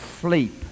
sleep